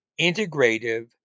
integrative